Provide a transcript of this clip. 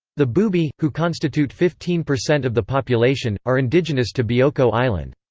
the bubi, who constitute fifteen percent of the population, are indigenous to bioko island.